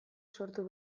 sortu